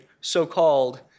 so-called